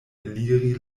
eliri